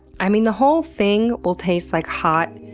i mean the whole thing will taste like hot,